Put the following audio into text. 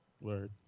word